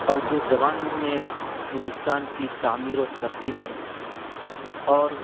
اور جس زبان نے ہندوستان کی تعمیر و ترقی میں اور